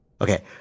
Okay